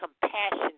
compassion